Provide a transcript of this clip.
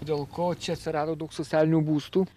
dėl ko čia atsirado daug socialinių būstų